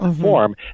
form